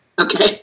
okay